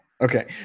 Okay